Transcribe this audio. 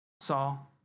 Saul